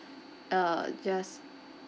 uh just